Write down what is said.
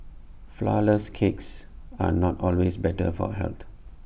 Flourless Cakes are not always better for health